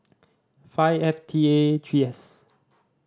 five F T A three S